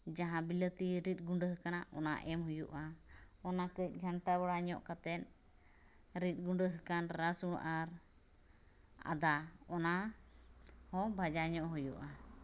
ᱡᱟᱦᱟᱸ ᱵᱤᱞᱟᱹᱛᱤ ᱨᱤᱫ ᱜᱩᱸᱰᱟᱹ ᱟᱠᱟᱱᱟ ᱚᱱᱟ ᱚᱸᱰᱮ ᱮᱢ ᱦᱩᱭᱩᱜᱼᱟ ᱚᱱᱟᱠᱟᱹᱡ ᱜᱷᱟᱱᱴᱟ ᱵᱟᱲᱟᱧᱚᱜ ᱠᱟᱛᱮᱫ ᱨᱤᱫ ᱜᱩᱸᱰᱟᱹ ᱟᱠᱟᱱ ᱨᱟᱥᱩᱱ ᱟᱨ ᱟᱫᱟ ᱚᱱᱟᱦᱚᱸ ᱵᱷᱟᱡᱟᱧᱚᱜ ᱦᱩᱭᱩᱜᱼᱟ